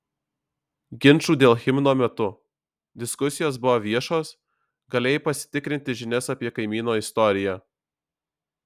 ginčų dėl himno metu diskusijos buvo viešos galėjai pasitikrinti žinias apie kaimyno istoriją